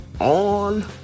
On